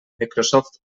microsoft